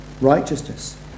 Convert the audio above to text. righteousness